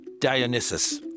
Dionysus